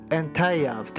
entire